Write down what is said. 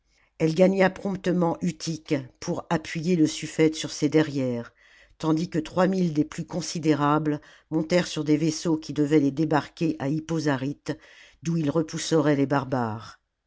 elle gagna promptement utique pour appuyer le sufïete sur ses derrières tandis que trois mille des plus considérables montèrent sur des vaisseaux qui devaient les débarquer à hippo zarjte d'oii ils repousseraient les barbares